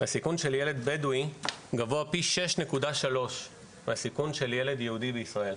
הסיכון של ילד בדואי גבוה פי 6.3 מהסיכון של ילד יהודי בישראל.